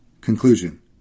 Conclusion